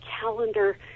calendar